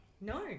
No